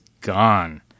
gone